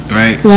right